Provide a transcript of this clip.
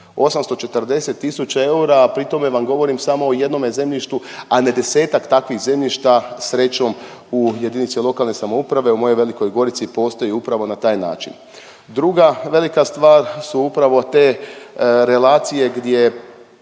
840 000 eura, a pri tome vam govorim samo o jednome zemljištu, a na desetak takvih zemljišta srećom u jedinice lokalne samouprave u mojoj Velikoj Gorici postoji upravo na taj način. Druga velika stvar su upravo te relacije gdje